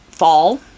fall